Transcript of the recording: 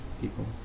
people